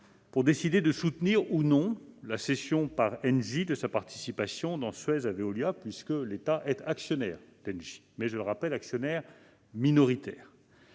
pour décider de soutenir ou non la cession par Engie de sa participation dans Suez à Veolia, puisque l'État est actionnaire- actionnaire minoritaire,